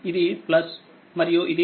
ఇదిమరియు ఇది